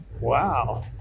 Wow